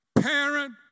parent